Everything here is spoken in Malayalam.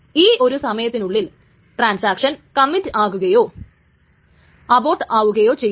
ഈ ഒരു സമയത്തിനുള്ളിൽ ട്രാൻസാക്ഷൻ കമ്മിറ്റ് ആവുകയോ അബോർട്ട് ആവുകയോ ചെയ്യുന്നു